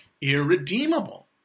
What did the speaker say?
irredeemable